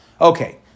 Okay